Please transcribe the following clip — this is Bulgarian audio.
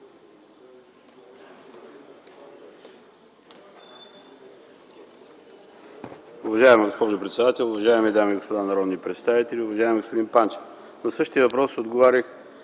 Уважаема госпожо председател, уважаеми дами и господа народни представители! Уважаеми господин Панчев, на същия въпрос отговарях